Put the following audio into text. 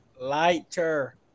Lighter